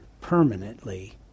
permanently